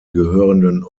gehörenden